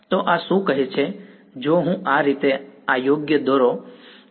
તો આ શું કહે છે કે જો હું આ રીતે આ રીતે દોરો તો